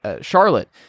Charlotte